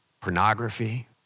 pornography